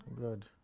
Good